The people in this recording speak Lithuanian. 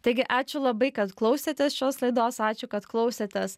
taigi ačiū labai kad klausėtės šios laidos ačiū kad klausėtės